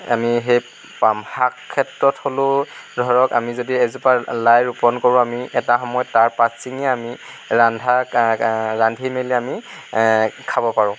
আমি সেই পাম শাক ক্ষেত্ৰত হ'লেও ধৰক আমি যদি এজোপা লাই ৰোপণ কৰোঁ আমি এটা সময়ত তাৰ পাত ছিঙি আমি ৰন্ধা ৰান্ধি মেলি আমি খাব পাৰোঁ